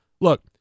Look